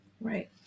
Right